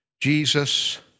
Jesus